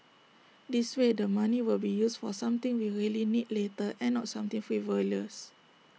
this way the money will be used for something we really need later and not something frivolous